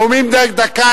נאומים בני דקה,